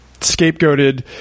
scapegoated